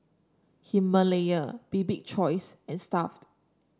Himalaya Bibik Choice and Stuff'd